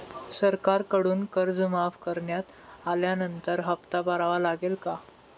सरकारकडून कर्ज माफ करण्यात आल्यानंतर हप्ता भरावा लागेल का?